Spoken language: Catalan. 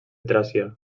tràcia